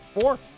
Four